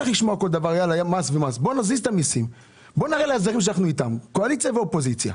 בוא נראה לאזרחים שאנחנו, קואליציה ואופוזיציה,